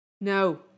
No